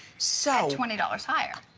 so twenty dollars higher!